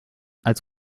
als